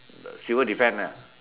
the civil defend ah